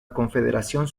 confederación